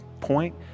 point